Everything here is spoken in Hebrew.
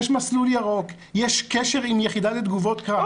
יש מסלול ירוק, יש קשר עם היחידה לתגובות קרב.